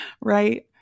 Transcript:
right